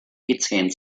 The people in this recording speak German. gezähnt